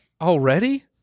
Already